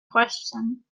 question